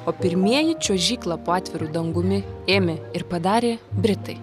o pirmieji čiuožyklą po atviru dangumi ėmė ir padarė britai